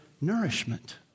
nourishment